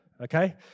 okay